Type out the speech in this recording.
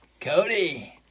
Cody